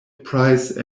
price